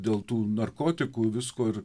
dėl tų narkotikų visko ir